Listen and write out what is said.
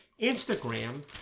Instagram